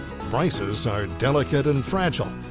bryce's are delicate and fragile.